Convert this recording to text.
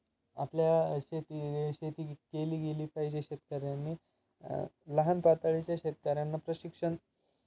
आपल्या शेती शेती केली गेली पाहिजे शेतकऱ्यांनी लहान पातळीच्या शेतकऱ्यांना प्रशिक्षण